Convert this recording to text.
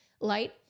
light